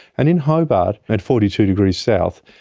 and in hobart at forty two degrees south,